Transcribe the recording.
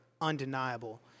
undeniable